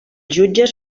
jutges